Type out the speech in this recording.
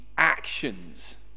actions